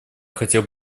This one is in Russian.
хотел